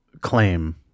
claim